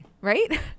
right